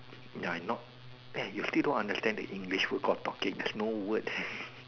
ya you not eh you still don't understand the English word called talking there is no word there